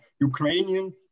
Ukrainian